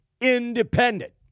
independent